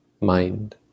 mind